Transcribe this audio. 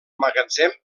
magatzem